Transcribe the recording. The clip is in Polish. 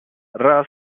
raz